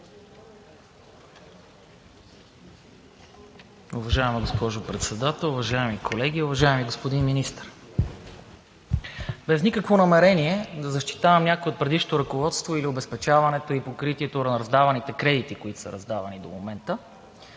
Уважаеми господин Председател, уважаеми колеги! Уважаеми господин Министър, без никакво намерение да защитавам някой от предишното ръководство или обезпечаването и покритието на раздаваните кредити, които са раздавани до момента,